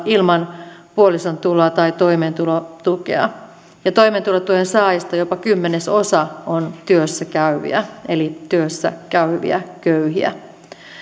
ilman puolison tuloja tai toimeentulotukea ja toimeentulotuen saajista jopa kymmenesosa on työssäkäyviä eli työssäkäyviä köyhiä